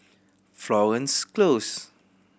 Florence Close